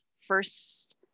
first